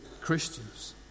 Christians